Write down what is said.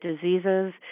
diseases